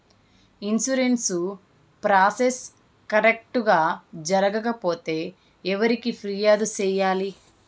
insurance process correct గా జరగకపోతే ఎవరికి ఫిర్యాదు సేయాలి